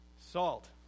Salt